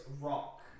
Rock